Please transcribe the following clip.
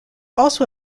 also